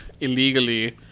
illegally